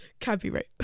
Copyright